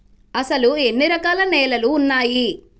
అసలు ఎన్ని రకాల నేలలు వున్నాయి?